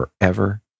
forever